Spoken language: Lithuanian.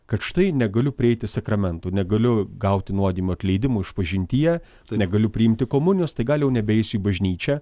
kad štai negaliu prieiti sakramentų negaliu gauti nuodėmių atleidimo išpažintyje negaliu priimti komunijos tai gal jau nebeisiu į bažnyčią